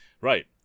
right